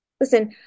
Listen